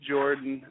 Jordan